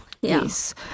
Yes